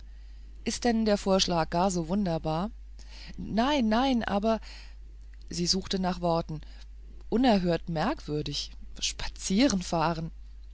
ist denn der vorschlag gar so wunderbar nein nein aber sie suchte nach worten unerhört merkwürdig